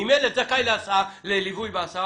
אם ילד זכאי לליווי בהסעה,